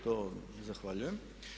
To zahvaljujem.